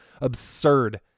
absurd